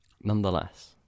nonetheless